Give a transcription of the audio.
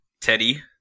Teddy